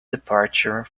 departure